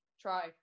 try